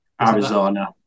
Arizona